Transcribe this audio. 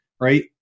right